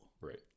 Right